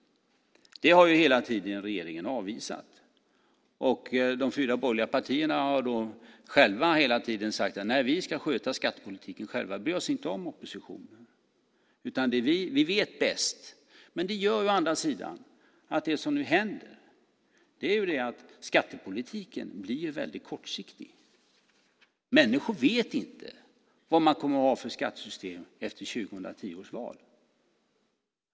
Det har regeringen hela tiden avvisat. De fyra borgerliga partierna har då själva hela tiden sagt: Nej, vi ska sköta skattepolitiken själva. Vi bryr oss inte om oppositionen. Vi vet bäst! Men det gör å andra sidan att det som nu händer är att skattepolitiken blir kortsiktig. Människor vet inte vad man kommer att ha för skattesystem efter 2010 års val.